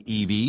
EV